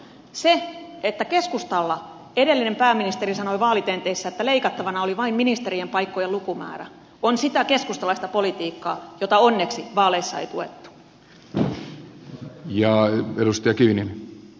se että keskustalla edellinen pääministeri sanoi vaalitenteissä että leikattavana oli vain ministerien paikkojen lukumäärä on sitä keskustalaista politiikkaa jota onneksi vaaleissa ei tuettu